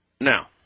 Now